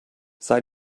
sei